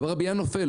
וכבר הבניין נופל.